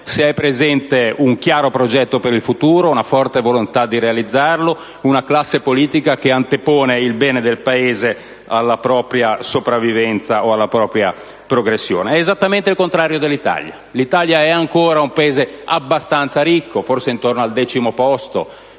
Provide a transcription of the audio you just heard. se è presente un chiaro progetto per il futuro, una forte volontà di realizzarlo e una classe politica che antepone il bene del Paese alla propria sopravvivenza o alla propria progressione. È esattamente il contrario di quanto avviene in Italia. Il nostro è ancora un Paese abbastanza ricco, forse siamo intorno al decimo posto